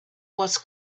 was